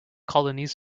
colonies